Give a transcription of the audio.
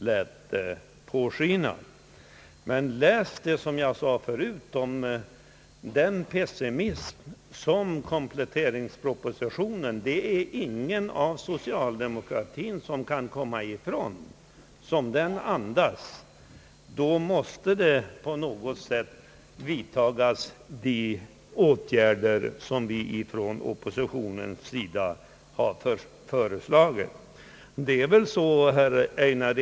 Läs i stället det som jag tidigare framhöll om den pessimism som kompletteringspropositionen andas! Ingen inom socialdemokratin kan komma ifrån detta. De åtgärder som vi ifrån oppositionspartierna har föreslagit måste på något sätt vidtagas.